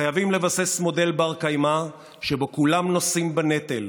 חייבים לבסס מודל בר-קיימא שבו כולם נושאים בנטל,